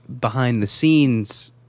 behind-the-scenes